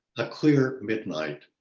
a clear midnight.